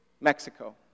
Mexico